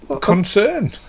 concern